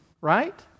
Right